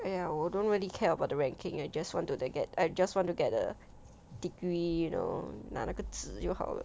!aiya! 我 don't really care about the ranking just wanted that get I just want to get a degree you know 拿那个纸就好了